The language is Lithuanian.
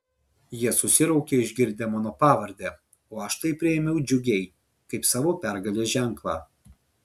jie susiraukė išgirdę mano pavardę o aš tai priėmiau džiugiai kaip savo pergalės ženklą